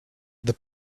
the